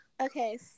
Okay